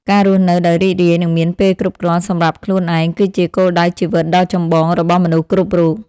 ការរស់នៅដោយរីករាយនិងមានពេលគ្រប់គ្រាន់សម្រាប់ខ្លួនឯង គឺជាគោលដៅជីវិតដ៏ចម្បងរបស់មនុស្សគ្រប់រូប។